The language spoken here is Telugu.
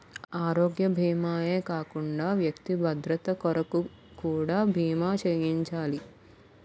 ఆరోగ్య భీమా ఏ కాకుండా వ్యక్తి భద్రత కొరకు కూడా బీమా చేయించాలి